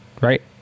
right